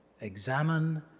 examine